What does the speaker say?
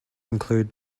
include